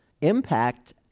impact